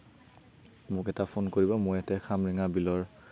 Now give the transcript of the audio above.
মোক এটা ফোন কৰিব মই ইয়াতে খামৰেঙা বিলৰ